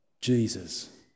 Jesus